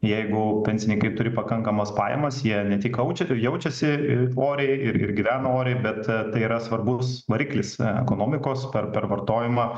jeigu pensininkai turi pakankamas pajamas jei net aučia jaučiasi oriai ir ir gyvena oriai bet tai yra svarbus variklis ekonomikos per per vartojimą